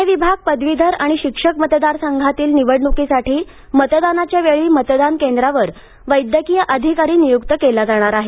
पुणे विभाग पदवीधर आणि शिक्षक मतदार संघातील निवडणुकीसाठी मतदानाच्या वेळी मतदान केंद्रांवर वैद्यकीय अधिकारी नियुक्त केला जाणार आहे